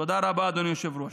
תודה רבה, אדוני היושב-ראש.